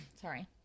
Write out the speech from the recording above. sorry